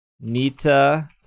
Nita